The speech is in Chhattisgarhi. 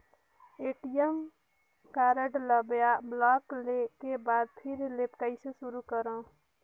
ए.टी.एम कारड ल ब्लाक के बाद फिर ले कइसे शुरू करव?